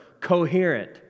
coherent